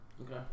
Okay